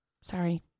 Sorry